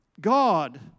God